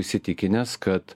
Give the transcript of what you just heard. įsitikinęs kad